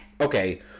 okay